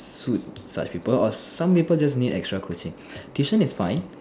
suit such people or some people just need extra coaching tuition is fine